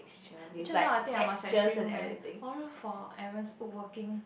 actually now I think I must have three room eh oh no four Aaron's working